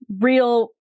real